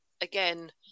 again